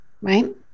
right